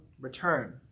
return